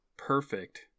perfect